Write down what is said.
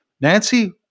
Nancy